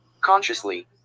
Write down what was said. consciously